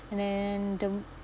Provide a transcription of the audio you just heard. and then the